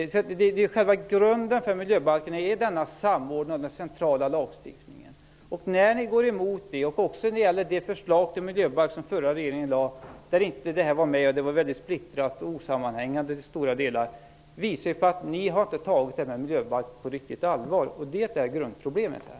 Själva grunden för miljöbalken är samordningen av den centrala lagstiftningen. Att ni nu går emot detta visar att ni inte har tagit miljöbalken riktigt på allvar. Det är grundproblemet. Det gäller också det förslag till miljöbalk som den förra regeringen lade fram, där inte detta var med. Den var mycket splittrad och osammanhängande i stora delar.